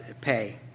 pay